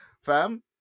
Fam